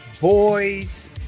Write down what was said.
boys